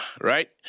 right